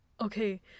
Okay